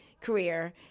career